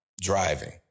driving